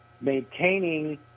maintaining